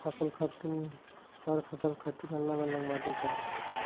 हर फसल खातिर अल्लग अल्लग माटी चाहेला